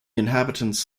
inhabitants